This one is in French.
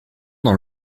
dans